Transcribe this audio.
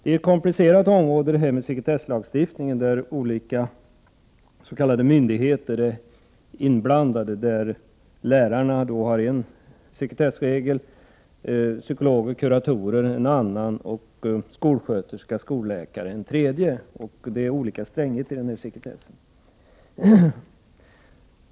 Sekretesslagstiftningen är ett komplicerat område där olika s.k. myndigheter är inblandade: Lärarna har en sekretessregel, psykologer och kuratorer en annan, och skolsköterska och skolläkare en tredje. Dessa olika sekretessregler är olika stränga.